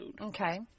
Okay